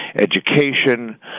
education